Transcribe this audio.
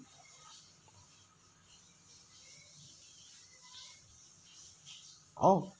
oh